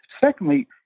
Secondly